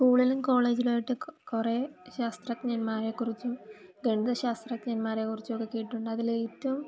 സ്കൂളിലും കോളേജിലുമായിട്ടു കുറേ ശാസ്ത്രജ്ഞന്മാരെ കുറിച്ചും ഗണിത ശാസ്ത്രജ്ഞന്മാരെകുറിച്ചുമൊക്കെ കേട്ടിട്ടുണ്ട് അതിലേറ്റവും